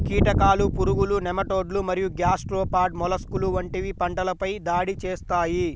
కీటకాలు, పురుగులు, నెమటోడ్లు మరియు గ్యాస్ట్రోపాడ్ మొలస్క్లు వంటివి పంటలపై దాడి చేస్తాయి